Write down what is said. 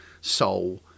soul